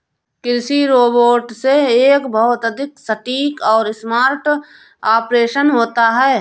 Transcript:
कृषि रोबोट से एक बहुत अधिक सटीक और स्मार्ट ऑपरेशन होता है